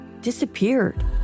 disappeared